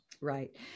Right